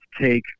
take